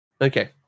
Okay